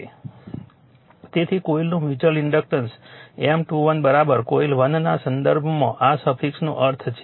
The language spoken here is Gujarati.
તેથી કોઇલનું મ્યુચ્યુઅલ ઇન્ડક્ટન્સ M21 કોઇલ 1 ના સંદર્ભમાં આ સફિક્સનો અર્થ છે